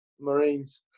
marines